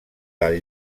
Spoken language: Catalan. del